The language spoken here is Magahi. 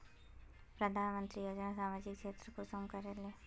प्रधानमंत्री योजना सामाजिक क्षेत्र तक कुंसम करे ले वसुम?